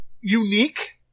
unique